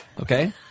okay